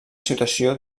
situació